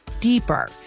deeper